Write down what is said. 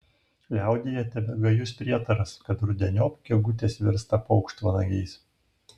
liaudyje tebegajus prietaras kad rudeniop gegutės virsta paukštvanagiais